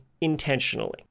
intentionally